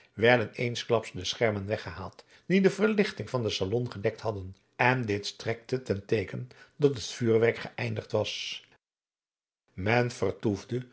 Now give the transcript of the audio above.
werden eensklaps de schermen weggehaald die de verlichting van den salon gedekt hadden en dit strekte ten teeken dat het vuurwerk geeindigd was men vertoesde